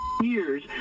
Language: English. years